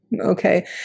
Okay